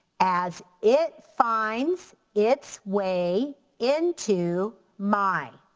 as it finds it's way into my,